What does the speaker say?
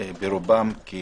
אני